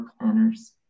planners